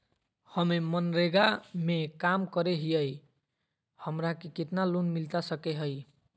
हमे मनरेगा में काम करे हियई, हमरा के कितना लोन मिलता सके हई?